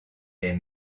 est